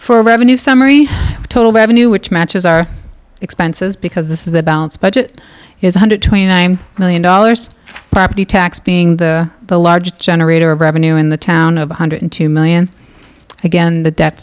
for revenue summary of total revenue which matches our expenses because this is a balanced budget is a one hundred and twenty nine million dollars property tax being the the large generator of revenue in the town of one hundred and two million again the de